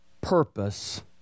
purpose